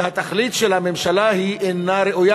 והתכלית של הממשלה אינה ראויה,